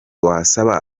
wasaba